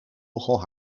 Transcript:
nogal